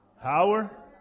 Power